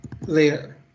later